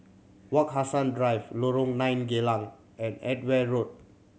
Wak Hassan Drive Lorong Nine Geylang and Edgeware Road